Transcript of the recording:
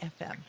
FM